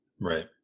Right